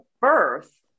birth